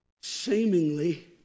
seemingly